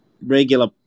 regular